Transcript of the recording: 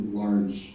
large